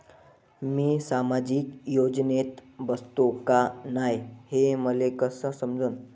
मी सामाजिक योजनेत बसतो का नाय, हे मले कस समजन?